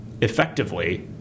effectively